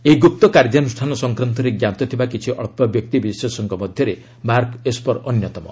ଏହି ଗ୍ରପ୍ତ କାର୍ଯ୍ୟାନୃଷ୍ଣାନ ସଂକ୍ରାନ୍ତରେ ଜ୍ଞାତ ଥିବା କିଛି ଅଳ୍ପ ବ୍ୟକ୍ତିବିଶେଷଙ୍କ ମଧ୍ୟରେ ମାର୍କ ଏସ୍ପର୍ ଅନ୍ୟତମ